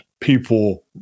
people